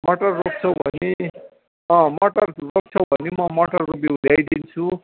मटर रोप्छौ भने मटर रोप्छौ भने म मटरको बिउ ल्याइदिन्छु